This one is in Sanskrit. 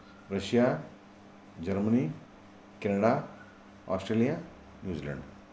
Russia Germany Canada Australia New Zealand